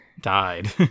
died